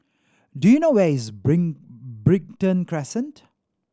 do you know where is Brighton Crescent